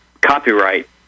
copyright